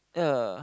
yeah